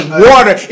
water